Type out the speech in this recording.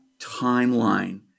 timeline